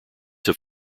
have